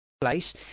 place